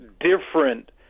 different